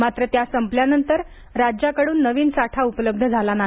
मात्र त्या संपल्यानंतर राज्याकडून नवीन साठा उपलब्ध झाला नाही